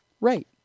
Right